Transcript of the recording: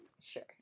Sure